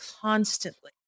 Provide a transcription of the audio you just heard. constantly